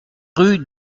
rue